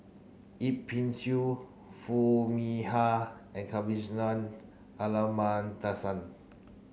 Yip Pin Xiu Foo Mee Har and Kavignareru Amallathasan